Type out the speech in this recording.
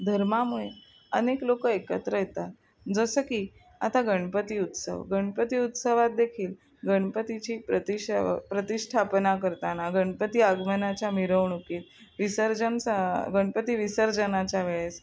धर्मामुळे अनेक लोकं एकत्र येतात जसं की आता गणपती उत्सव गणपती उत्सवात देखील गणपतीची प्रतिषव प्रतिष्ठापना करताना गणपती आगमनाच्या मिरवणुकीत विसर्जनाचा गणपती विसर्जनाच्या वेळेस